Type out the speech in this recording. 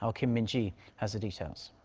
ah kim min-ji has the details.